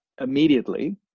immediately